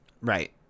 Right